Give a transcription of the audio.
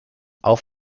auf